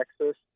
Texas